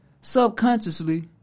subconsciously